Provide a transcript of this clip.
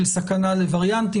של סכנה לווריאנטים,